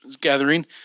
gathering